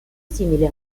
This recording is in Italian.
simile